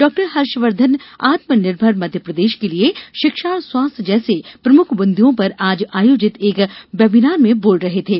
doctor Harshvardhan आत्मनिर्मर मध्यप्रदेश के लिये शिक्षा और स्वास्थ्य जैसे प्रमुख बिन्दुओं पर आज आयोजित एक वेबिनार में बोल रहे थे